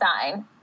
sign